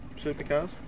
supercars